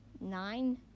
nine